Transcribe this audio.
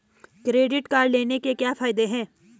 Credit card लेने के क्या फायदे हैं?